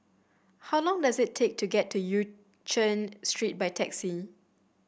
how long does it take to get to Yen Chen Street by taxi